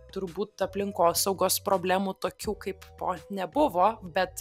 turbūt aplinkosaugos problemų tokių kaip po nebuvo bet